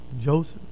Joseph